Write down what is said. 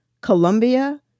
Colombia